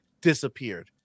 disappeared